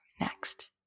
next